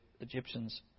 Egyptians